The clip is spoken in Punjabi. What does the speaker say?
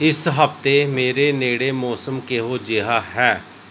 ਇਸ ਹਫ਼ਤੇ ਮੇਰੇ ਨੇੜੇ ਮੌਸਮ ਕਿਹੋ ਜਿਹਾ ਹੈ